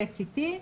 ה-PET-CT,